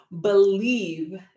believe